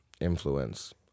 Influence